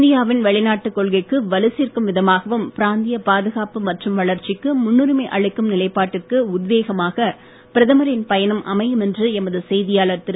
இந்தியாவின் வெளிநாட்டுக் கொள்கைக்கு வலு சேர்க்கும் விதமாகவும் பிராந்திய பாதுகாப்பு மற்றும் வளர்ச்சிக்கு முன்னுரிமை அளிக்கும் நிலைப்பாட்டிற்கு உத்வேகமாக பிரதமரின் பயணம் அமையும் என்று எமது செய்தியாளர் திரு